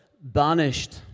banished